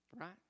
right